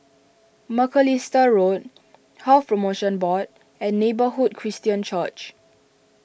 Macalister Road Health Promotion Board and Neighbourhood Christian Church